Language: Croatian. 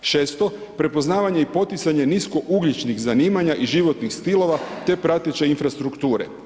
Šesto, prepoznavanje i poticanje niskougljičnih zanimanja i životnih stilova te prateće infrastrukture.